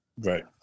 Right